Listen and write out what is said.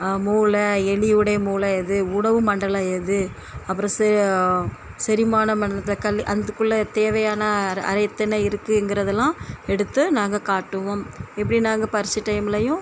மூளை எலியுடைய மூளை எது உணவு மண்டலம் எது அப்பறம் செ செரிமானம் மண்டலத்தில் கல்லு அந்த குள்ள தேவையான அறை எத்தனை இருக்குங்கிறதுலாம் எடுத்து நாங்கள் காட்டுவோம் இப்படி நாங்கள் பரிட்சை டைம்லயும்